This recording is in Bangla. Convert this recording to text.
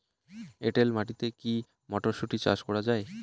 এটেল মাটিতে কী মটরশুটি চাষ করা য়ায়?